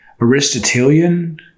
Aristotelian